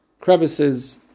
crevices